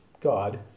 God